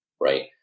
right